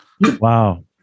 Wow